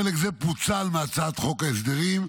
חלק זה פוצל מהצעת חוק ההסדרים,